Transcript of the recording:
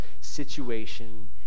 situation